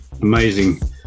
amazing